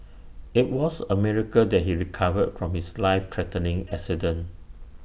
IT was A miracle that he recovered from his life threatening accident